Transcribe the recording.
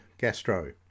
gastro